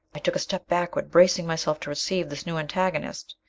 i took a step backward, bracing myself to receive this new antagonist.